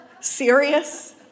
serious